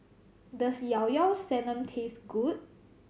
does Llao Llao Sanum taste good